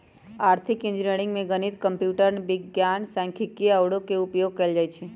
आर्थिक इंजीनियरिंग में गणित, कंप्यूटर विज्ञान, सांख्यिकी आउरो के उपयोग कएल जाइ छै